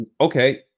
okay